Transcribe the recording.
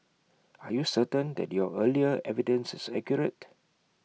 are you certain that your earlier evidence is accurate